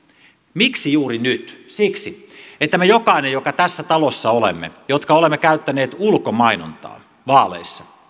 miksi juuri nyt siksi että me jokainen joka tässä talossa olemme jotka olemme käyttäneet ulkomainontaa vaaleissa